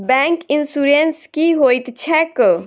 Bank insurance की होइत छैक?